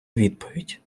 відповідь